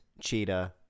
Cheetah